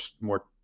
more